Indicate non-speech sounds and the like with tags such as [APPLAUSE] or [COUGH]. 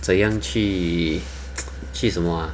怎样去 [NOISE] 去什么 ah